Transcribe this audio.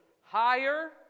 higher